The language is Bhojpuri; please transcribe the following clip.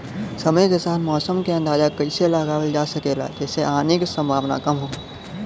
समय के साथ मौसम क अंदाजा कइसे लगावल जा सकेला जेसे हानि के सम्भावना कम हो?